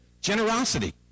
Generosity